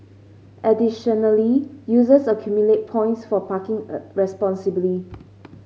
additionally users accumulate points for parking responsibly